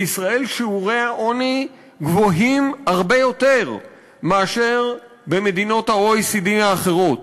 בישראל שיעורי העוני גבוהים הרבה יותר מאשר במדינות ה-OECD האחרות.